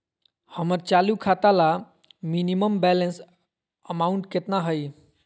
हमर चालू खाता ला मिनिमम बैलेंस अमाउंट केतना हइ?